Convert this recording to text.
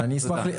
תודה.